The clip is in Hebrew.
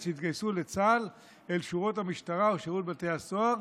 שהתגייסו לצה"ל אל שורות המשטרה או שירות בתי הסוהר